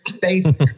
face